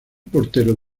portero